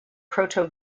proto